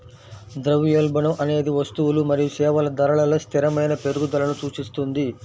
ద్రవ్యోల్బణం అనేది వస్తువులు మరియు సేవల ధరలలో స్థిరమైన పెరుగుదలను సూచిస్తుంది